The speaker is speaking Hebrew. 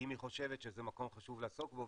אם היא חושבת שזה מקום חשוב לעסוק בו,